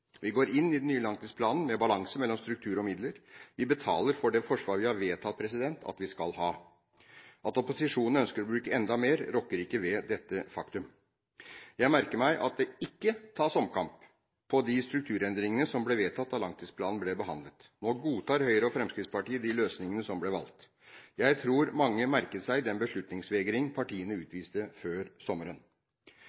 Vi går inn i den nye langtidsplanen med balanse mellom struktur og midler. Vi betaler for det forsvar vi har vedtatt at vi skal ha. At opposisjonen ønsker å bruke enda mer, rokker ikke ved dette faktum. Jeg merker meg at det ikke tas omkamp på de strukturendringene som ble vedtatt da langtidsplanen ble behandlet. Nå godtar Høyre og Fremskrittspartiet de løsningene som ble valgt. Jeg tror mange merket seg den beslutningsvegring partiene